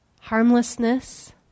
harmlessness